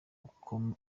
ukomeye